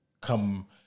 come